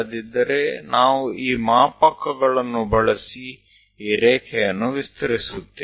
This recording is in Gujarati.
નહીંતર આપણે આ માપપટ્ટીઓનો ઉપયોગ કરીશું અને લંબાવીશું